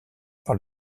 par